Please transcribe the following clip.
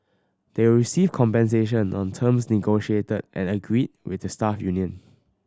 they will receive compensation on terms negotiated and agreed with the staff union